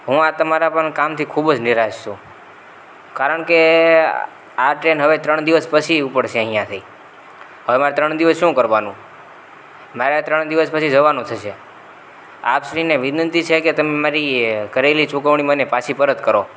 હું આ તમારા પણ કામથી ખૂબ જ નિરાશ છું કારણ કે આ ટ્રેન હવે ત્રણ દિવસ પછી ઉપડશે અહીંયાથી હવે મારે ત્રણ દિવસ શું કરવાનું મારે આ ત્રણ દિવસ પછી જવાનું થશે આપશ્રીને વિનંતી છે કે તમે મારી કરેલી ચુકવણી મને પાછી પરત કરો